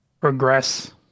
progress